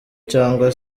cyangwa